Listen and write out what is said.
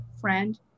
friend